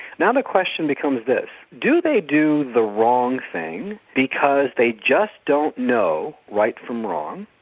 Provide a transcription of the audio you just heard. now the question becomes this do they do the wrong thing because they just don't know right from wrong,